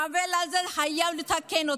את העוול הזה חייבים לתקן.